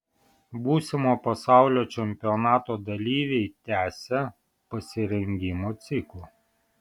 būsimo pasaulio čempionato dalyviai tęsią pasirengimo ciklą